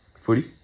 footy